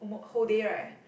whole day right